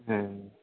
হ্যাঁ